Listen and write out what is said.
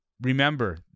remember